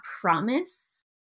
promise